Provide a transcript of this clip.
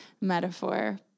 metaphor